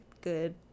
good